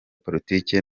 politike